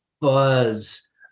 buzz